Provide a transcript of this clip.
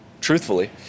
Truthfully